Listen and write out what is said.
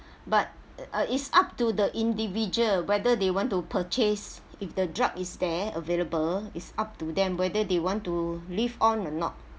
but uh it's up to the individual whether they want to purchase if the drug is there available it's up to them whether they want to live on or not